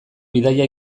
bidaia